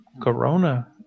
Corona